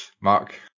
Mark